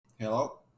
Hello